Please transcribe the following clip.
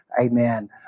Amen